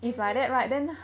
as in